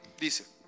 Dice